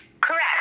Correct